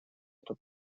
эту